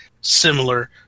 similar